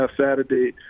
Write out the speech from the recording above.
Saturday